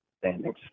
standings